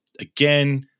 Again